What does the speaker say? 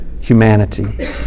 humanity